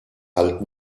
halt